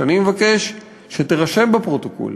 שאני מבקש שתירשם בפרוטוקול,